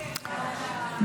אי-אמון בממשלה לא נתקבלה.